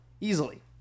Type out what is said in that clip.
Easily